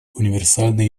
универсальной